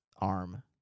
arm